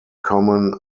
common